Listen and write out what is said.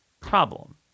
problem